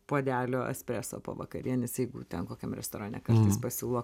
puodelio espreso po vakarienės jeigu ten kokiam restorane jis pasiūlo